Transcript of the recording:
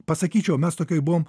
pasakyčiau mes tokioj buvom